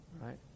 right